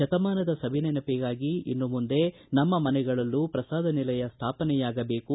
ಶತಮಾನದ ಸವಿನೆನಪಿಗಾಗಿ ಇನ್ನು ಮುಂದೆ ನಮ್ಮ ಮನೆಗಳಲ್ಲೂ ಪ್ರಸಾದ ನಿಲಯ ಸ್ಥಾಪನೆಯಾಗಬೇಕು